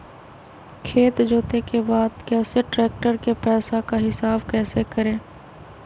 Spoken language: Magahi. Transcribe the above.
खेत जोते के बाद कैसे ट्रैक्टर के पैसा का हिसाब कैसे करें?